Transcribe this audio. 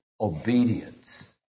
obedience